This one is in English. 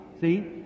See